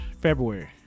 February